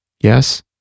Yes